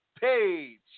page